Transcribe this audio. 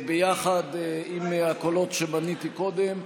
ביחד עם הקולות שמניתי קודם,